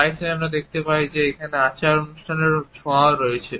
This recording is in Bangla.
প্রায়শই আমরা দেখতে পাই যে এখানে আচার অনুষ্ঠানের ছোঁয়াও রয়েছে